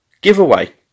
giveaway